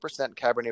Cabernet